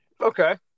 Okay